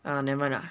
ah nevermind lah